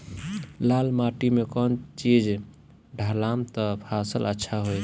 लाल माटी मे कौन चिज ढालाम त फासल अच्छा होई?